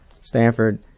Stanford